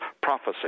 prophecy